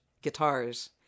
guitars